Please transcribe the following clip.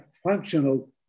functional